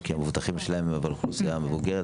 כי המבוטחים שלהם מהאוכלוסייה המבוגרת,